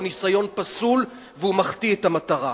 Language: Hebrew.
הוא ניסיון פסול והוא מחטיא את המטרה.